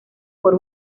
por